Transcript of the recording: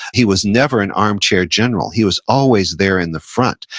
he was never an armchair general, he was always there in the front.